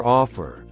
offer